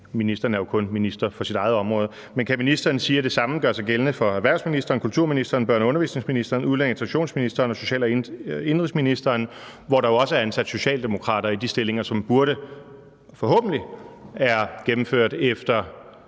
ministeren er jo kun minister på sit eget område – at det samme gør sig gældende for erhvervsministeren, kulturministeren, børne- og undervisningsministeren, udlændinge- og integrationsministeren og social- og indenrigsministeren? Her er der jo også ansat socialdemokrater i de stillinger – ansættelser, som forhåbentlig er gennemført efter